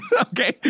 Okay